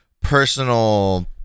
personal